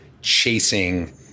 chasing